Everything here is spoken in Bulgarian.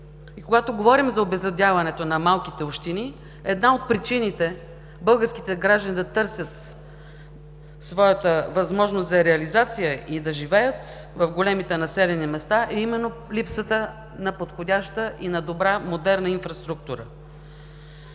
И когато говорим за обезлюдяването на малките общини, една от причините българските граждани да търсят своята възможност за реализация и да живеят в големите населени места е именно липсата на подходяща и на добра модерна инфраструктура.